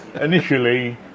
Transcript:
initially